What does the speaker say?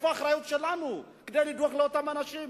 איפה האחריות שלנו לדאוג לאותם אנשים?